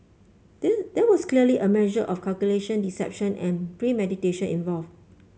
there there was clearly a measure of calculation deception and premeditation involve